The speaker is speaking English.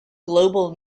global